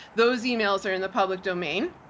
those emails are in the public domain.